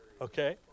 Okay